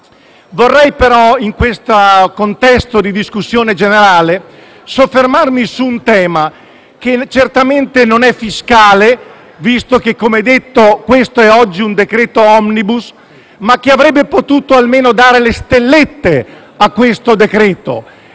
Vorrei, però, in questo contesto di discussione generale soffermarmi su un tema che certamente non è fiscale, visto che, come detto, quello che esaminiamo oggi è un decreto *omnibus*, ma che avrebbe potuto almeno dare le «stellette» a questo decreto-legge.